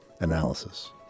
analysis